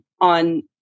on